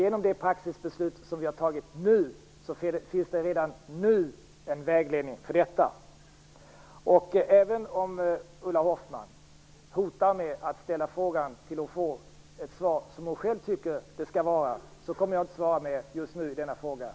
Genom det praxisbeslut som vi har fattat finns det redan nu en vägledning för detta. Även om Ulla Hoffmann hotar med att ställa frågan tills hon får det svar hon själv vill ha kommer jag inte att svara mer just nu på den här punkten.